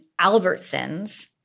Albertsons